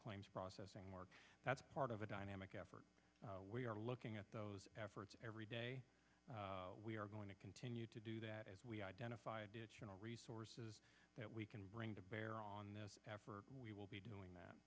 claims processing work that's part of a dynamic effort we are looking at those efforts every day we are going to continue to do that as we identify resources that we can bring to bear on this effort and we will be doing that